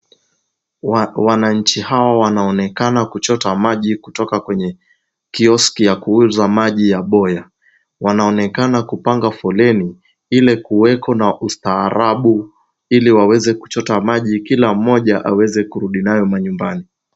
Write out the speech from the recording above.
Wananchi hawa wanaonekana kuchota maji kutoka kwenye kioski ya kuuza maji ya boya. Wanaonekana kupanga foleni ili kuweko na ustaarabu, ili waweze kuchota maji kila mmoja aweze kurudi nayo manyumbani.